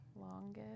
Longest